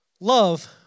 love